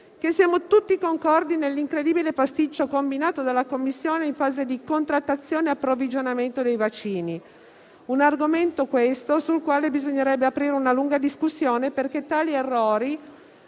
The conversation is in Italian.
che siamo tutti concordi sull'incredibile pasticcio combinato dalla Commissione in fase di contrattazione e approvvigionamento dei vaccini, un argomento sul quale bisognerebbe aprire una lunga discussione, perché tali errori